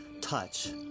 touch